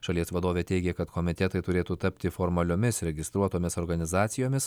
šalies vadovė teigė kad komitetai turėtų tapti formaliomis registruotomis organizacijomis